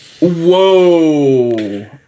Whoa